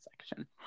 section